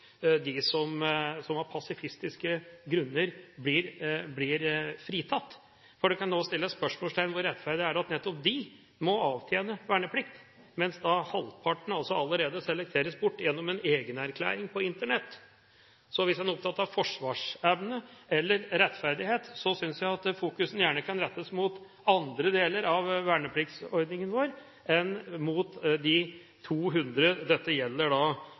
må avtjene verneplikt, mens halvparten allerede er selektert bort gjennom en egenerklæring på Internett. Så hvis en er opptatt av forsvarsevne eller rettferdighet, synes jeg fokuset gjerne kan rettes mot andre deler av vernepliktsordningen vår enn mot de 200 dette gjelder